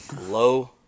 low